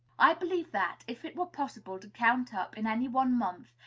i believe that, if it were possible to count up in any one month,